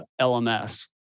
LMS